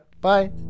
bye